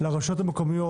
לרשויות המקומיות,